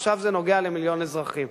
עכשיו זה נוגע למיליון אזרחים.